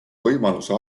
võimaluse